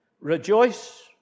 Rejoice